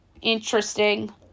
interesting